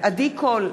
עדי קול,